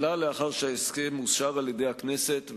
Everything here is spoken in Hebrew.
אלא לאחר שההסכם אושר על-ידי הכנסת,